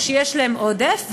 או שיש להם עודף,